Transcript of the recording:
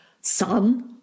son